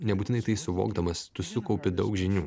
nebūtinai tai suvokdamas tu sukaupi daug žinių